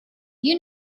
you